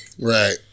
Right